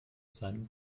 seinem